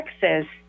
Texas